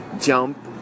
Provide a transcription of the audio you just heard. Jump